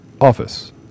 office